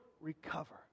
recover